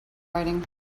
writing